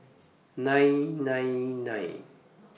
nine nine nine